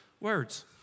words